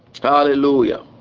Hallelujah